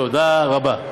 תודה רבה.